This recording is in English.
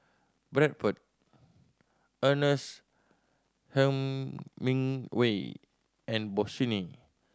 Bradford Ernest Hemingway and Bossini